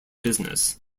business